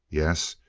yes,